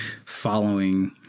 following